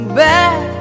back